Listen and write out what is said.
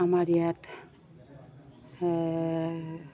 আমাৰ ইয়াত